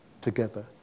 together